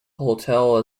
hotel